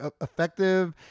effective